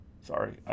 Sorry